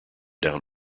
down